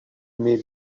mes